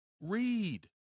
read